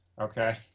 okay